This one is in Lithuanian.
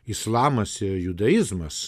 islamas judaizmas